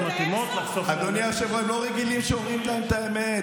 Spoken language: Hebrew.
למה לא להגיד את האמת?